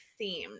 themed